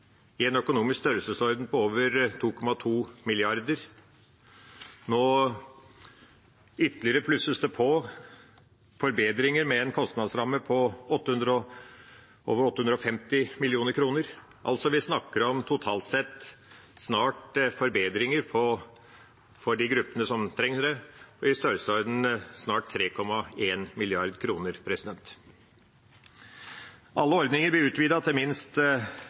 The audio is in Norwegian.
i 2022 i en økonomisk størrelsesorden på over 2,2 mrd. kr. Nå plusses det ytterligere på. Det er forbedringer med en kostnadsramme på over 850 mill. kr. Vi snakker altså om totalt sett forbedringer for de gruppene som trenger det, i en størrelsesorden på snart 3,1 mrd. kr. Alle ordninger blir utvidet minst til